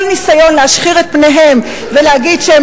כל ניסיון להשחיר את פניהם ולהגיד שהם